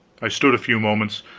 i stood a few moments,